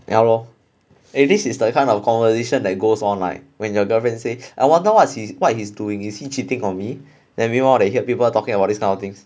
ya lor eh this is the kind of conversation that goes on like when your girlfriend say I wonder what he what he's doing is he cheating on me we want to hear people talking about this kind of things